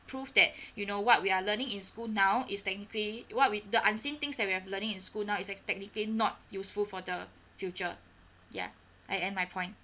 prove that you know what we are learning in school now is technically what with the unseen things that we have learning in school now is actually technically not useful for the future ya I end my point